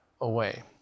away